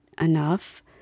enough